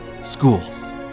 Schools